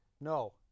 No